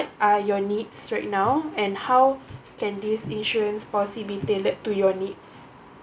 are your needs right now and how can these insurance policy be tailored to your needs